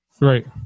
right